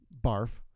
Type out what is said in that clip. Barf